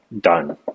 done